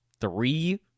three